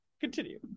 continue